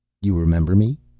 you remember me?